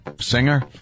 singer